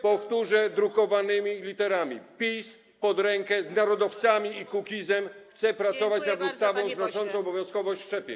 Powtórzę drukowanymi literami: PiS pod rękę z narodowcami i Kukizem chce pracować nad ustawą znoszącą obowiązkowość szczepień.